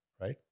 Right